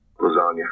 Lasagna